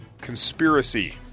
conspiracy